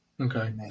Okay